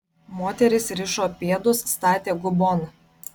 moterys rišo pėdus statė gubon